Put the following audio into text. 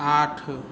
आठ